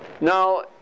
Now